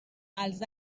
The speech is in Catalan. els